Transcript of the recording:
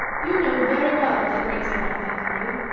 you know very well what a great deal i think of you.